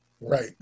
Right